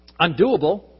undoable